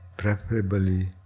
preferably